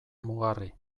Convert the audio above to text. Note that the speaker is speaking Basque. mugarri